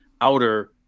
outer